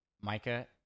Micah